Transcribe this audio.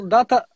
Data